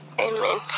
amen